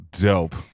Dope